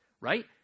right